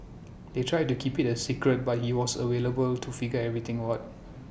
they tried to keep IT A secret but he was able to figure everything out